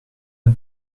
het